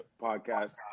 podcast